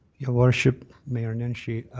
your worship, mayor nenshi,